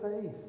faith